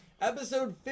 Episode